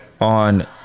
on